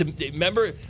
Remember